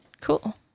cool